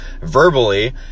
verbally